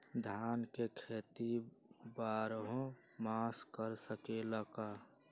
धान के खेती बारहों मास कर सकीले का?